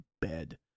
bed